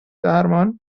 درمان